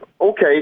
okay